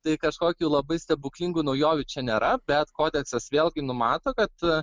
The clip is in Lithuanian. tai kažkokių labai stebuklingų naujovių čia nėra bet kodeksas vėlgi numato kad